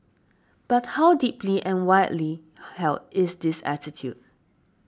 but how deeply and widely held is this attitude